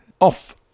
off